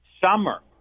summer